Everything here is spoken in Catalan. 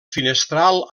finestral